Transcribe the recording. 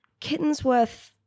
Kittensworth